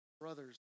brothers